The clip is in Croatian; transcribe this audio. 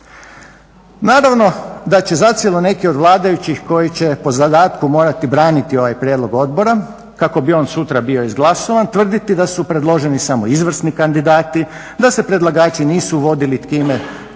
Naravno da će zacijelo neki od vladajućih koji će po zadatku morati braniti ovaj prijedlog odbora kako bi on sutra bio izglasovan tvrditi da su predloženi samo izvrsni kandidati, da se predlagači nisu vodili time